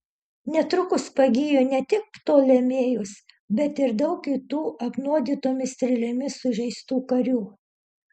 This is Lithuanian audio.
netrukus pagijo ne tik ptolemėjus bet ir daug kitų apnuodytomis strėlėmis sužeistų karių